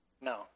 No